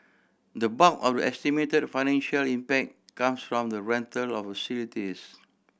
the bulk of the estimated financial impact comes from the rental of facilities